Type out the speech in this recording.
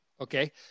Okay